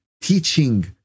teaching